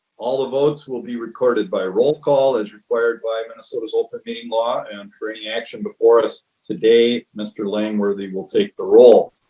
all the votes will be recorded by roll call as required by minnesota's open meeting law and for any action before us today. mr. langworthy will take the roll.